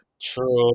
true